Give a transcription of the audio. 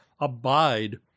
abide